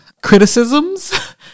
criticisms